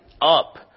up